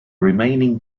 remaining